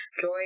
Joy